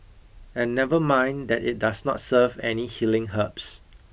and never mind that it does not serve any healing herbs